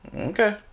Okay